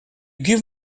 give